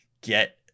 get